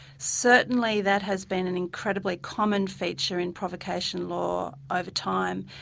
certainly that has been an incredibly common feature in provocation law over time,